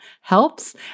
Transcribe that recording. helps